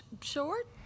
short